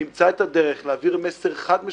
נתכנס ונמצא את הדרך להעביר מסר חד-משמעי